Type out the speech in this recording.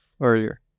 earlier